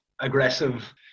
aggressive